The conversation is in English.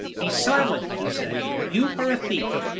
be silent, he said, you are a thief.